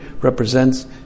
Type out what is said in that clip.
represents